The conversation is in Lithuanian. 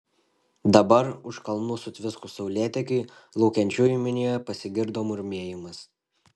dabar už kalnų sutviskus saulėtekiui laukiančiųjų minioje pasigirdo murmėjimas